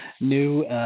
new